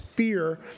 fear